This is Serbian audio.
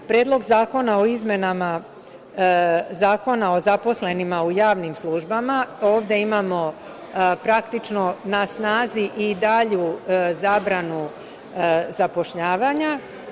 Predlog zakona o izmenama Zakona o zaposlenima u javnim službama, ovde imamo praktično na snazi i dalju zabranu zapošljavanja.